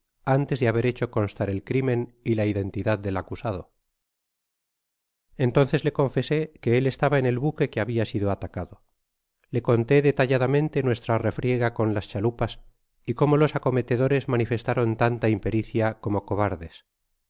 antes de baber hecho constar el crimen y la identidad del acusado entonces le confesé que él estaba en el buque que habia sido atacado le conté detalladamente nuestra refriega con las chalupas y como los acometedores manifestaron tanta impericia como cobardes le